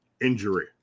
injury